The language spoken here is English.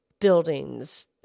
buildings